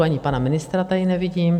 Ani pana ministra tady nevidím.